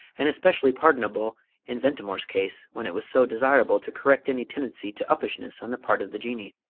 and especially pardonable in ventimore's case, when it was so desirable to correct any tendency to uppishness on the part of the jinnee.